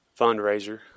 fundraiser